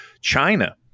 China